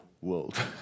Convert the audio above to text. world